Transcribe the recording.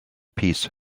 peace